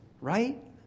right